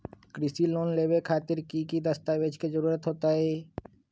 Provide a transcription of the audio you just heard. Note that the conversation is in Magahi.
कृषि लोन लेबे खातिर की की दस्तावेज के जरूरत होतई?